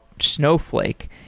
Snowflake